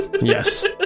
yes